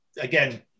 again